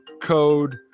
code